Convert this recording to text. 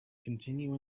continue